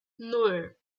nan